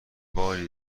باری